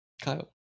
Kyle